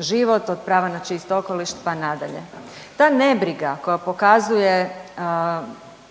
život, od prava na čist okoliš pa nadalje. Ta nebriga koja pokazuje,